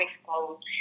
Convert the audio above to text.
exposed